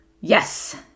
Yes